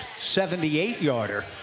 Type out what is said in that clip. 78-yarder